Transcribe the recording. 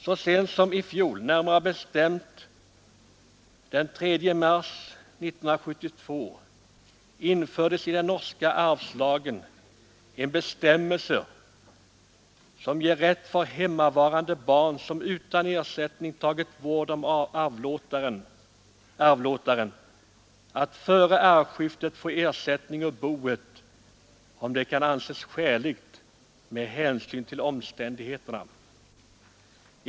Så sent som i fjol, närmare bestämt den 3 mars 1972, infördes i den norska arvslagen en bestämmelse som ger rätt för hemmavarande barn, som utan ersättning har tagit vård om arvlåtaren, att före arvskiftet utfå ersättning ur boet, om detta kan anses skäligt med hänsyn till omständigheterna.